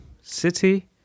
City